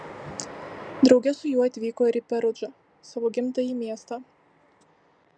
drauge su juo atvyko ir į perudžą savo gimtąjį miestą